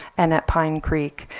and at pine creek.